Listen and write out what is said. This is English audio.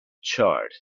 charred